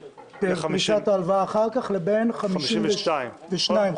בפריסת ההלוואה אחר כך לבין 52 חודשים,